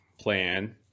plan